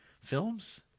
films